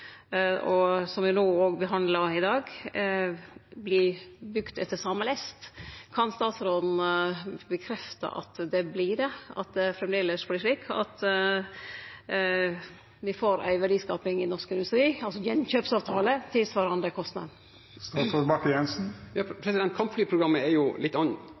som me behandlar i dag, vert bygt etter same lest. Kan statsråden bekrefte det, at det framleis vert slik at me får ei verdiskaping i norsk industri, altså ein gjenkjøpsavtale tilsvarande kostnadene? Kampflyprogrammet er jo litt